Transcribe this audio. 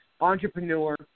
entrepreneur